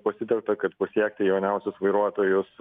pasitelkta kad pasiekti jauniausius vairuotojus